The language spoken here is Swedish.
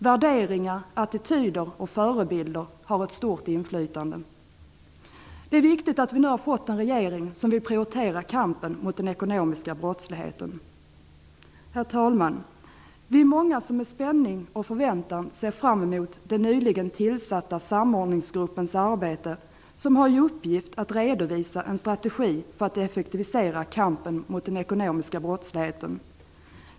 Värderingar, attityder och förebilder har ett stort inflytande. Det är viktigt att vi nu har fått en regering som vill prioritera kampen mot den ekonomiska brottsligheten. Herr talman! Vi är många som med spänning och förväntan ser fram emot den nyligen tillsatta samordningsgruppens arbete. Den har i uppgift att redovisa en strategi för att effektivisera kampen mot den ekonomiska brottsligheten.